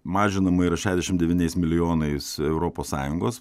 mažinama yra šešiasdešimt devyniais milijonais europos sąjungos